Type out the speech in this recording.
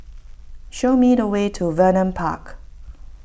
show me the way to Vernon Park